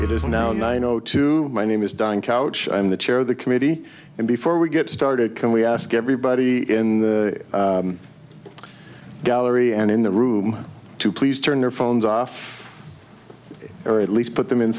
it is now nine o two my name is diane couch i'm the chair of the committee and before we get started can we ask everybody in the gallery and in the room to please turn their phones off or at least put them in